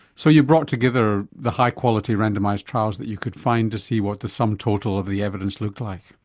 so you brought together the high quality randomised trials that you could find to see what the sum total of the evidence looked like?